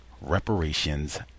Reparations